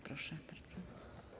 Proszę bardzo.